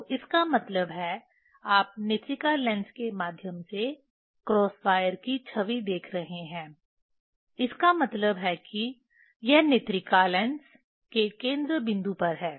तो इसका मतलब है आप नेत्रिका लेंस के माध्यम से क्रॉस वायर की छवि देख रहे हैं इसका मतलब है कि यह नेत्रिका लेंस के केंद्र बिंदु पर है